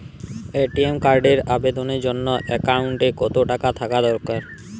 ATM কার্ডের আবেদনের জন্য অ্যাকাউন্টে কতো টাকা থাকা দরকার?